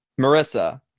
marissa